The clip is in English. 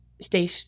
stay